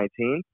2019